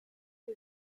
die